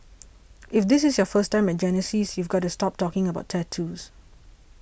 if this is your first time at Genesis you've got to stop talking about tattoos